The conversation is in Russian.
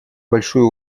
большую